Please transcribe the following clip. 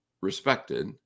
respected